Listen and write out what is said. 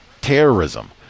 terrorism